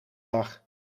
dag